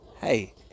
Hey